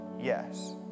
yes